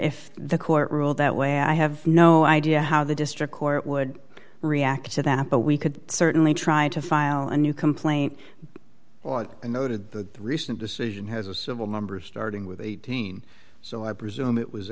if the court ruled that way i have no idea how the district court would react to that but we could certainly try to file a new complaint and noted that the recent decision has a civil number starting with eighteen so i presume it was